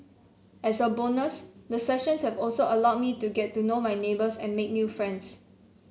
as a bonus the sessions have also allowed me to get to know my neighbours and make new friends